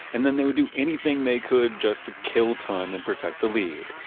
and then they would do anything they could just to kill time and protect the lead.